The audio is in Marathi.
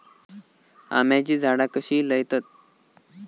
आम्याची झाडा कशी लयतत?